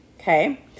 Okay